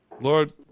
Lord